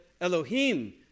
Elohim